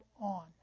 on